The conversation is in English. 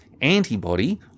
antibody